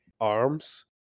arms